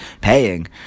paying